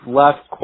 left